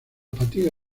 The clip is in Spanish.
fatiga